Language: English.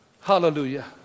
Hallelujah